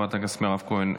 חברת הכנסת מירב כהן,